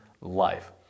life